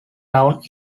around